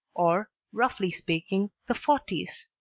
or, roughly speaking, the forties.